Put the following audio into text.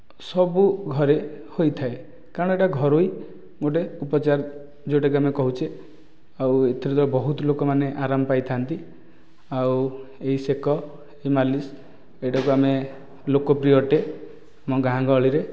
ସବୁ ଘରେ ହୋଇଥାଏ କାରଣ ଏଇଟା ଘରୋଇ ଗୋଟେ ଉପଚାର ଯେଉଁଟାକି ଆମେ କହୁଛେ ଆଉ ଏଥିରେ ତ ବହୁତ ଲୋକମାନେ ଆରମ ପାଇଥାନ୍ତି ଆଉ ଏହି ସେକ ଏହି ମାଲିସ ଏଇଟାକୁ ଆମେ ଲୋକପ୍ରିୟ ଅଟେ ଆମ ଗାଁ ଗହଳିରେ